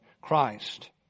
Christ